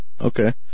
Okay